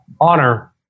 honor